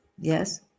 Yes